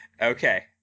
okay